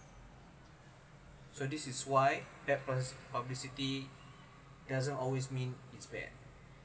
so this is why bad pub~ publicity doesn't always mean it's bad